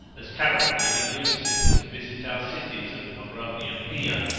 as charon did in lucian to visit our cities of moronia pia,